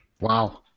Wow